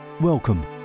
Welcome